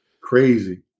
Crazy